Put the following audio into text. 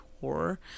horror